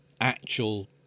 actual